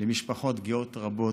למשפחות גאות רבות.